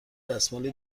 دستمالی